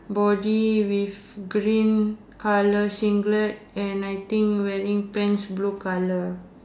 body with green colour singlet and I think wearing pants blue colour